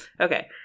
okay